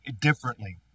differently